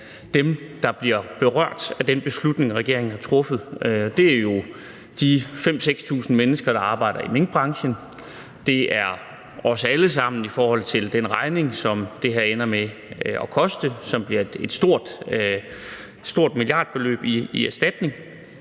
dem, der er blevet berørt af den beslutning, regeringen har truffet. Det er jo de 5.000-6.000 mennesker, der arbejder i minkbranchen. Det er os alle sammen i forhold til den regning, som det her ender med at udløse i erstatning, og som bliver på et stort milliardbeløb. Derfor